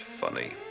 funny